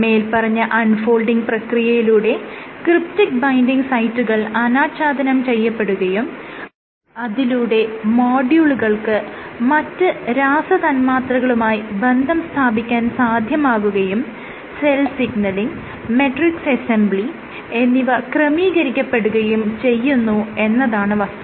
മേല്പറഞ്ഞ unfolding പ്രക്രിയയിലൂടെ cryptic binding സൈറ്റുകൾ അനാച്ഛാദനം ചെയ്യപ്പെടുകയും അതിലൂടെ മോഡ്യൂളുകൾക്ക് മറ്റ് രാസതന്മാത്രകളുമായി ബന്ധം സ്ഥാപിക്കാൻ സാധ്യമാകുകയും സെൽ സിഗ്നലിങ് മെട്രിക്സ് അസംബ്ലി എന്നിവ ക്രമീകരിക്കപ്പെടുകയും ചെയ്യുന്നു എന്നതാണ് വസ്തുത